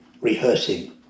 rehearsing